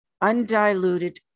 undiluted